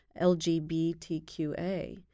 LGBTQA